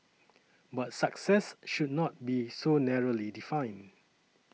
but success should not be so narrowly defined